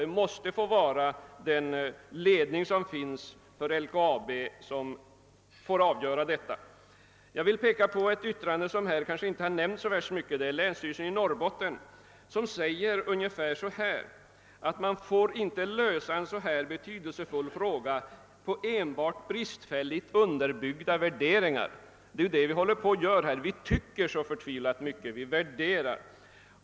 Det måste vara företagsledningens sak att avgöra denna fråga. Länsstyrelsen i Norrbottens län framhåller i sitt yttrande, som inte nämnts så mycket i debatten, att man inte bör fatta beslut i en så betydelsefull fråga på grundval av enbart bristfälligt underbyggda värderingar. Det är vad vi står i begrepp att göra. Vi tycker så förtvivlat mycket — vi värderar.